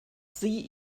sie